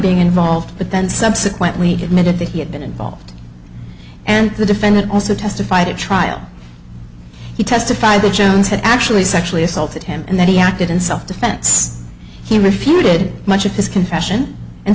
being involved but then subsequently to admitted that he had been involved and the defendant also testified at trial he testified that jones had actually sexually assaulted him and that he acted in self defense he refuted much of his confession and